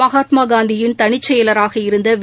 மகாத்மாகாந்தியின் தனிச்செயலராக இருந்த வி